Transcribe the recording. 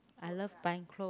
I love buying clothes